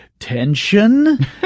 Tension